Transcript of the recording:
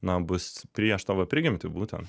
na bus prieš tavo prigimtį būtent